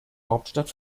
hauptstadt